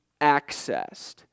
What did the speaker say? accessed